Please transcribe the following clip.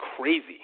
crazy